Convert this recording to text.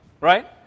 right